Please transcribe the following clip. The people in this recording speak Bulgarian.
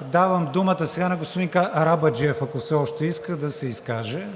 Давам думата сега на господин Арабаджиев, ако все още иска да се изкаже.